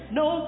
no